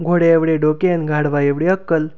घोड्याएवडे डोके अन् गाढवाएवढी अक्कल